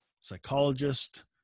psychologist